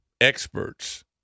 experts